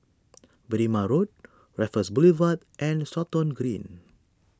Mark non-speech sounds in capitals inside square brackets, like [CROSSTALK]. [NOISE] Berrima Road Raffles Boulevard and Stratton Green